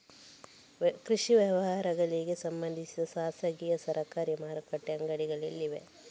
ಕೃಷಿ ವ್ಯವಹಾರಗಳಿಗೆ ಸಂಬಂಧಿಸಿದ ಖಾಸಗಿಯಾ ಸರಕಾರಿ ಮಾರುಕಟ್ಟೆ ಅಂಗಡಿಗಳು ಎಲ್ಲಿವೆ?